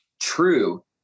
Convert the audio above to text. true